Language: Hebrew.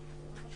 כן,